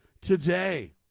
today